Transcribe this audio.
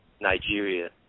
Nigeria